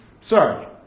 Sorry